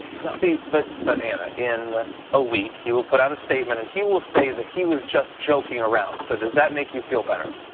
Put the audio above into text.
so but but ana, in a week he will put out a statement and he will say that he was just joking around, so does that make you feel better?